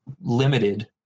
limited